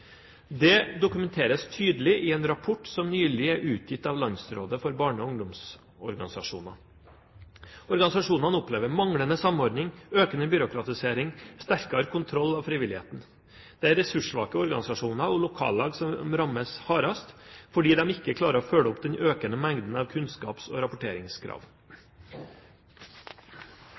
Det dokumenteres tydelig i en rapport som nylig er utgitt av Landsrådet for Norges barne- og ungdomsorganisasjoner. Organisasjonene opplever manglende samordning, økende byråkratisering og sterkere kontroll av frivilligheten. Det er ressurssvake organisasjoner og lokallag som rammes hardest, fordi de ikke klarer å følge opp den økende mengden av kunnskaps- og rapporteringskrav.